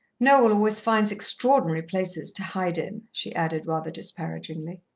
noel always finds extraordinary places to hide in, she added rather disparagingly.